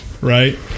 right